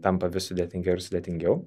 tampa vis sudėtingiau ir sudėtingiau